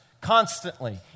constantly